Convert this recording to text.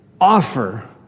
offer